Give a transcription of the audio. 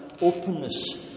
openness